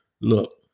Look